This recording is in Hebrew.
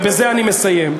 ובזה אני מסיים.